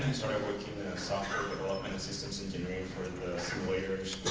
and started working software but development systems engineering for the simulators,